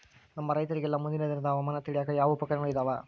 ನಮ್ಮ ರೈತರಿಗೆಲ್ಲಾ ಮುಂದಿನ ದಿನದ ಹವಾಮಾನ ತಿಳಿಯಾಕ ಯಾವ ಉಪಕರಣಗಳು ಇದಾವ?